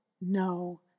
No